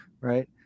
Right